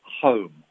home